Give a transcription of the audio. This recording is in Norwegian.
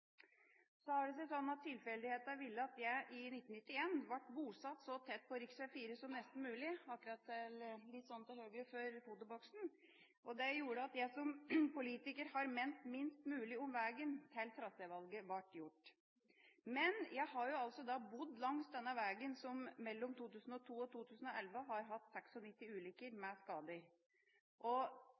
Det har seg slik at tilfeldighetene ville at jeg i 1991 ble bosatt så tett på rv. 4 som nesten mulig – akkurat litt til høyre for fotoboksen! Det gjorde at jeg som politiker har ment minst mulig om veien til trasévalget var gjort. Jeg har altså bodd langs denne veien, som mellom 2002 og 2011 hadde 96 ulykker med skader.